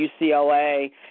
UCLA